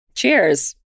cheers